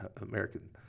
American